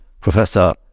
Professor